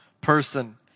person